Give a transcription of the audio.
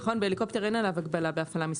נכון בהליקופטר אין עליו הגבלה בהפעלה מסחרית,